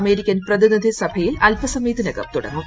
American പ്രതിനിധി സഭയിൽ അൽപസമയത്തിനകം തുടങ്ങും